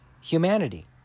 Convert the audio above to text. humanity